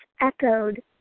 echoed